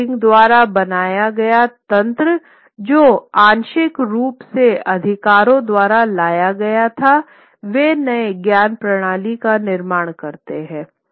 schooling द्वारा बनाया गया तंत्र जो आंशिक रूप से अधिकारियों द्वारा लाया गया था वे नए ज्ञान प्रणाली का निर्माण करते हैं